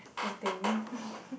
poor thing